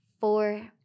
four